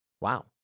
Wow